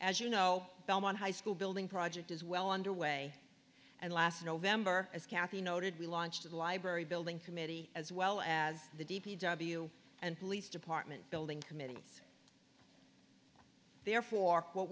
as you know belmont high school building project is well underway and last november as kathi noted we launched the library building committee as well as the d p w and police department building committee therefore what